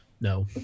No